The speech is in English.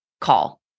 call